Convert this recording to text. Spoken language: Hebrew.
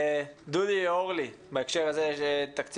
דודי או אורלי, בהקשר של התקציבים,